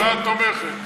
הממשלה תומכת.